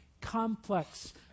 complex